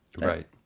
Right